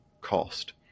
cost